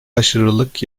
aşırılık